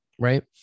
right